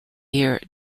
year